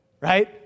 Right